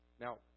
Now